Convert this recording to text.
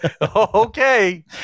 Okay